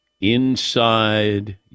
inside